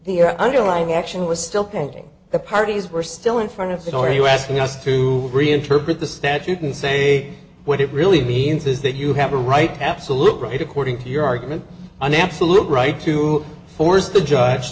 the underlying action was still pending the parties were still in front of it or are you asking us to reinterpret the statute and say what it really means is that you have a right absolute right according to your argument an absolute right to force the judge